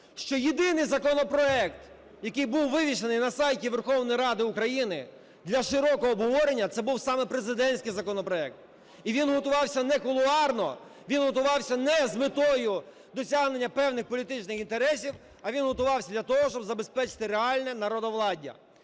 що єдиний законопроект, який був вивішений на сайті Верховної Ради України для широкого обговорення, це був саме президентський законопроект, і він готувався не кулуарно, він готувався не з метою досягнення певних політичних інтересів, а він готувався для того, щоб забезпечити реальне народовладдя.